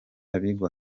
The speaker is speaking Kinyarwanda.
bigwa